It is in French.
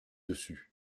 dessus